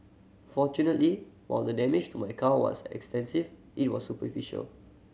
fortunately while the damage to my car was extensive it was superficial